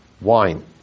wine